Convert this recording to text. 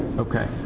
ok.